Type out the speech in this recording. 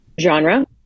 genre